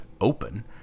Open